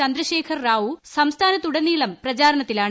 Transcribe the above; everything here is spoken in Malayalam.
ചന്ദ്രശേഖർ റാവു സംസ്ഥാനത്തുടനീളം പ്രചാരണത്തിലാണ്